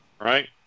right